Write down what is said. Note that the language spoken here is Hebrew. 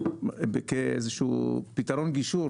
כפתרון גישור,